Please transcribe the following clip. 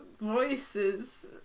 voices